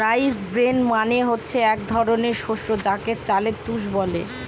rice bran মানে হচ্ছে এক ধরনের শস্য যাকে চাল তুষ বলে